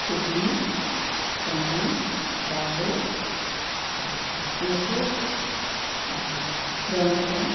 Sydney Chennai Bombay Singapore Thiruvananthapuram